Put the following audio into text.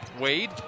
Wade